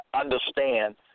understand